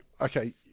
okay